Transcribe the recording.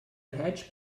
hatch